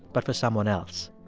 but for someone else.